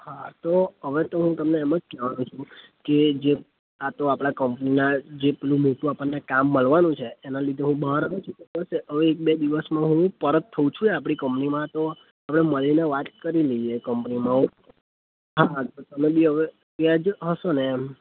હા તો હવે તો હું તમને એમ જ કહેવાનો છું કે જે આ તો આપણા કંપનીના જે પેલું મોટું આપણને કામ મળવાનું છે એના લીધે હું બહાર આવ્યો છું હવે એક બે દિવસમાં હું પરત થાઉં છું એ આપણી કંપનીમાં તો હવે મળીને વાત કરી લઈએ કંપનીમાં હા તમે બી હવે ત્યાં જ હશોને એમ